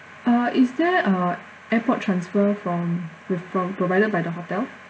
uh is there uh airport transfer from with from provided by the hotel